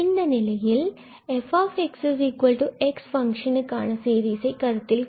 இந்த நிலையில் இந்த fx ஃபங்ஷனுக்கு ஆன சீரிசை கருத்தில் கொள்ளலாம்